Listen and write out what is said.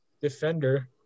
defender